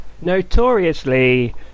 Notoriously